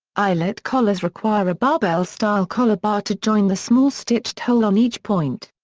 eyelet collars require a barbell-style collar bar to join the small stitched hole on each point.